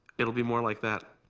it'll be more like that.